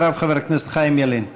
אחריו, חבר הכנסת חיים ילין.